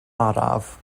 araf